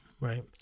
right